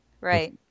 right